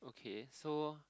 okay so